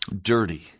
dirty